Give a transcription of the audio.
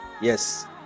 Yes